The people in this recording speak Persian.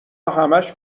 همش